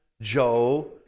Joe